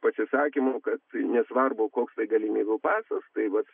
pasisakymų kad nesvarbu koks tai galimybių pasas tai vat